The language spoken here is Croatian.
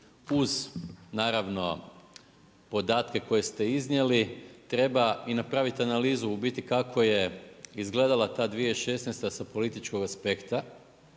uz naravno podatke koje ste iznijeli treba i napraviti analizu u biti kako je izgledala ta 2016. sa političkog aspekta.